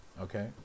okay